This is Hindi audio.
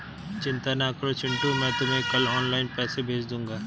चिंता ना करो चिंटू मैं तुम्हें कल ऑनलाइन पैसे भेज दूंगा